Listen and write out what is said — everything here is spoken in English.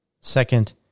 Second